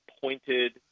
pointed